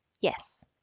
yes